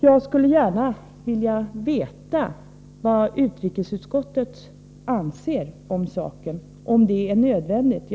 Jag skulle gärna vilja veta vad utrikesutskottet anser om saken — om det är nödvändigt att göra på detta sätt.